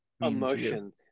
emotion